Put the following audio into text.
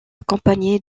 accompagné